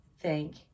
Thank